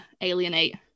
alienate